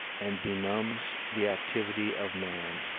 and benumbs the activity of man.